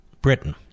Britain